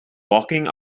walking